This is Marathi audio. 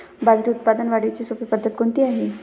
बाजरी उत्पादन वाढीची सोपी पद्धत कोणती आहे?